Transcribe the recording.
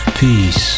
Peace